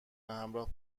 همراه